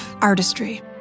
artistry